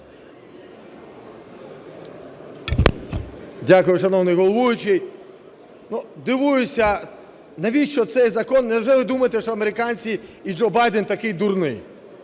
Дякую, шановний головуючий. Дивуюся, навіщо цей закон? Невже ви думаєте, що американці і Джо Байден такий дурний?